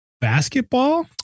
Basketball